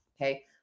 Okay